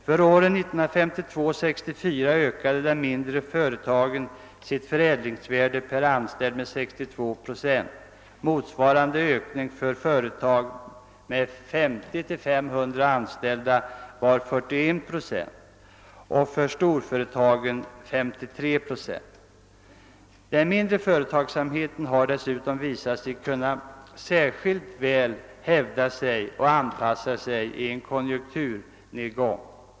För åren 1952 och 1964 ökade de mindre företagen sitt förädlingsvärde per anställd med 62 procent. Motsvarande ökning för företag med 50—500 anställda var 41 procent och för storföretagen 53 Pprocent. Den mindre företagsamheten har dessutom visat sig kunna särskilt väl hävda sig och anpassa sig i en konjunkturnedgång.